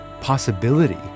possibility